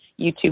YouTube